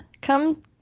come